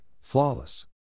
flawless